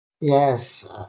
Yes